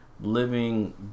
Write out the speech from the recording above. living